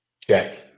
check